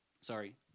Sorry